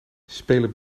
spelen